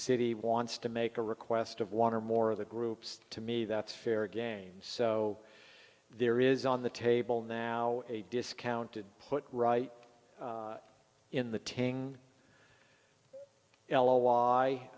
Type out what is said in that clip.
city wants to make a request of one or more of the groups to me that's fair game so there is on the table now a discount to put right in the tang l o y